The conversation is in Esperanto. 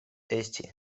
esti